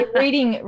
reading